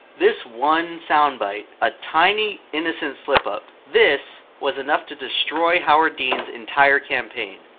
this one soundbite, a tiny innocent slip-up, this was enough to destroy howard dean's entire campaign.